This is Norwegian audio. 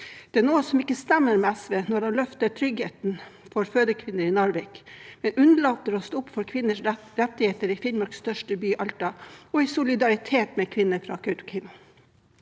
Det er noe som ikke stemmer med SV når man løfter tryggheten for fødekvinner i Narvik, men unnlater å stå opp for kvinners rettigheter i Finnmarks største by, Alta, og i solidaritet med kvinner fra Kautokeino.